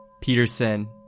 Peterson